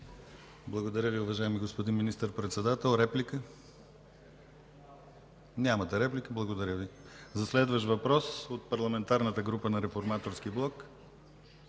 Благодаря Ви, уважаеми господин Министър-председател. Реплики? Нямате реплика. Благодаря Ви. За следващ въпрос от Парламентарната група на Реформаторския блок